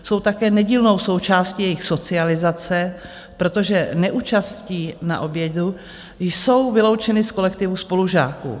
Jsou také nedílnou součástí jejich socializace, protože neúčastí na obědě jsou vyloučeny z kolektivu spolužáků.